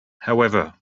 however